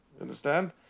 understand